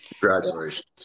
Congratulations